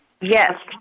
Yes